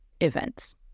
events